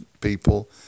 people